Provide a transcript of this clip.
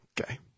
Okay